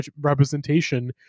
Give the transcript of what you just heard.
representation